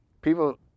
people